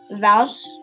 vows